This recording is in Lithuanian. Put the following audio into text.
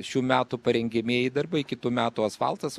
šių metų parengiamieji darbai kitų metų asfaltas